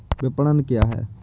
विपणन क्या है?